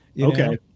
Okay